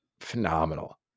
phenomenal